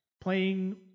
playing